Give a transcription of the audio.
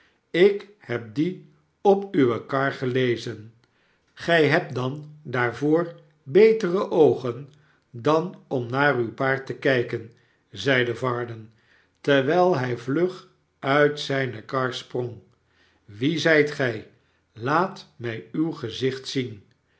ik heb dien op uwe kar gelezen gij hebt dan daarvoor betere oogen dan om naar uw paard te kijken zeide varden terwijl hij vlug uit zijne kar sprong wie zijt gij laat mij uw gezicht zien